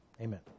Amen